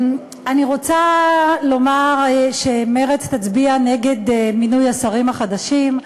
אני רוצה לומר שמרצ תצביע נגד מינוי השרים החדשים,